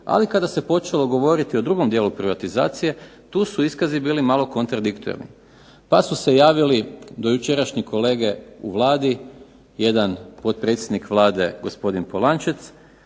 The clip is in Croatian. Ali kada se počelo govoriti o drugom dijelu privatizacije, tu su iskazi bili malo kontradiktorni, pa su se javili do jučerašnji kolege u Vladi, jedan potpredsjednik Vlade gospodin Polančec,